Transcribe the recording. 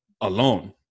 alone